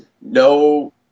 no